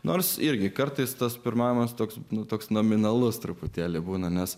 nors irgi kartais tas pirmavimas toks nu toks nominalus truputėlį būna nes